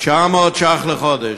שם 900 ש"ח לחודש.